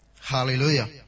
Hallelujah